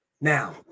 Now